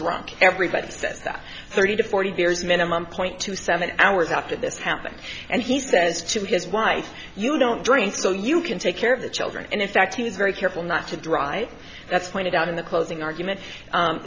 drunk everybody says that thirty to forty beers minimum point to seven hours after this happened and he says to his wife you don't drink so you can take care of the children and in fact he was very careful not to drive that's pointed out in the closing argument